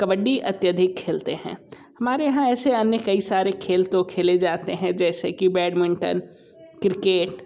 कबड्डी अत्यधिक खेलते हैं हमारे यहाँ ऐसे अन्य कई सारे खेल तो खेले जाते हैं जैसे कि बैडमिंटन क्रिकेट